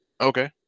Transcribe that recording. Okay